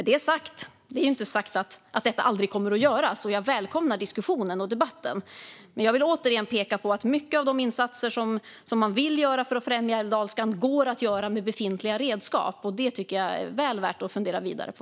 Därmed inte sagt att detta aldrig kommer att göras. Jag välkomnar diskussionen och debatten, men jag vill återigen peka på att många av de insatser som man vill göra för att främja älvdalskan går att göra med befintliga redskap. Detta tycker jag är väl värt att fundera vidare på.